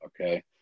okay